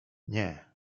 nie